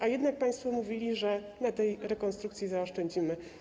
A jednak państwo mówili, że na tej rekonstrukcji zaoszczędzimy.